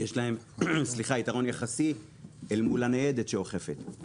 שיש להם יתרון יחסי אל מול הניידת שאוכפת.